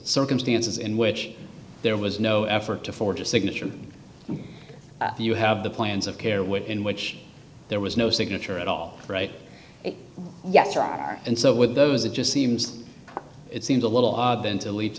circumstances in which there was no effort to forge a signature if you have the plans of care which in which there was no signature at all right yes you are and so with those it just seems it seems a little odd then to lead to